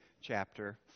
chapter